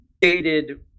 dated